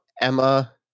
Emma